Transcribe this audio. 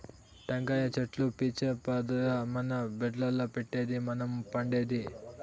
టెంకాయ చెట్లు పీచే కదా మన బెడ్డుల్ల పెట్టేది మనం పండేది